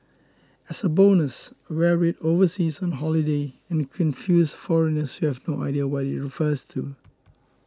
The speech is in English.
as a bonus wear we overseas on holiday and confuse foreigners you have no idea what it refers to